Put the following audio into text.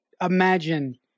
imagine